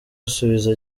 asubiza